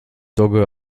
dogge